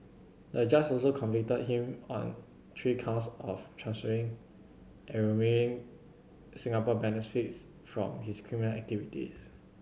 the judge also convicted him on three counts of transferring and Singapore benefits from his criminal activities